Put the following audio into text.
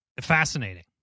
fascinating